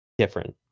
different